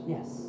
Yes